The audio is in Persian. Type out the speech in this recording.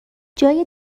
جای